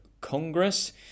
Congress